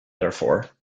therefore